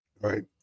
right